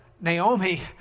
Naomi